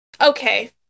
okay